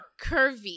curvy